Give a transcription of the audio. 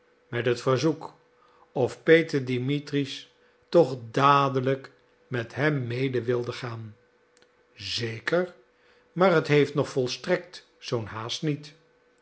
met het verzoek of peter dimitritsch toch dadelijk met hem mede wilde gaan zeker maar het heeft nog volstrekt zoo'n haast niet